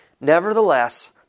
Nevertheless